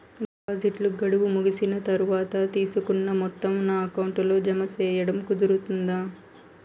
డిపాజిట్లు గడువు ముగిసిన తర్వాత, తీసుకున్న మొత్తం నా అకౌంట్ లో జామ సేయడం కుదురుతుందా?